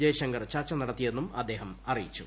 ജയശങ്കർ ചർച്ച നടത്തിയെന്നും അദ്ദേഹം അറിയിച്ചു